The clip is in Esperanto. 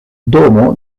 domo